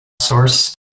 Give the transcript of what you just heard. source